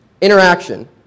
interaction